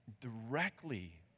Directly